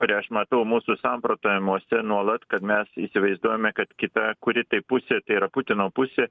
kurią aš matau mūsų samprotavimuose nuolat kad mes įsivaizduojame kad kita kuri tai pusė tai yra putino pusė